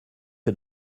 que